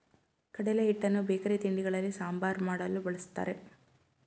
ಕಡಲೆ ಹಿಟ್ಟನ್ನು ಬೇಕರಿ ತಿಂಡಿಗಳಲ್ಲಿ, ಸಾಂಬಾರ್ ಮಾಡಲು, ಬಳ್ಸತ್ತರೆ